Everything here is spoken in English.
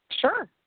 Sure